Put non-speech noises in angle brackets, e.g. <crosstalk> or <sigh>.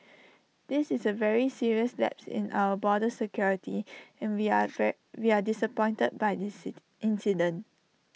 this is A very serious lapse in our border security and we are <unintelligible> we are disappointed by this city incident